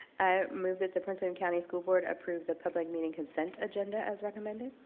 i move that the prince william county school board approve the public meeting consent agenda as recommended.